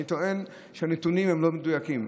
אני טוען שהנתונים הם לא מדויקים.